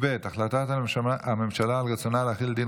הודעת הממשלה על רצונה להחיל דין